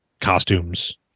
costumes